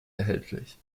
erhältlich